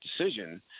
decision